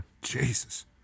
Jesus